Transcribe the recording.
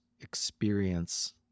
experience